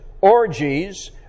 orgies